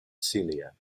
celia